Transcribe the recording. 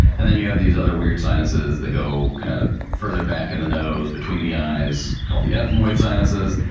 and then you have these other weird sinuses that go kind of further back in the nose between the eyes, called the ethmoid sinuses.